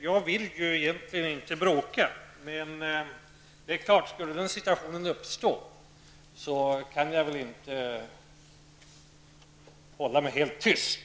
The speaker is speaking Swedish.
Jag vill egentligen inte bråka, men skulle den situationen uppstå kommer jag väl inte att kunna hålla mig helt tyst.